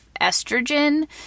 estrogen